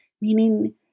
meaning